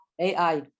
AI